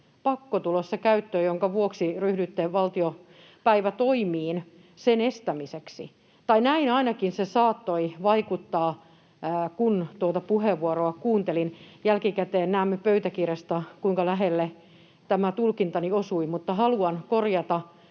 rokotepakko, jonka vuoksi ryhdyitte valtiopäivätoimiin sen estämiseksi. Tai tältä se ainakin saattoi vaikuttaa, kun tuota puheenvuoroa kuuntelin — jälkikäteen näemme pöytäkirjasta, kuinka lähelle tämä tulkintani osui. Mutta haluan korjata